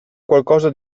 qualcosa